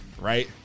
Right